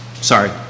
Sorry